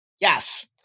Yes